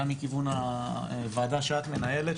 גם מכיוון הוועדה שאת מנהלת,